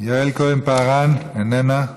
יעל כהן-פארן, איננה,